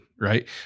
right